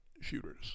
shooters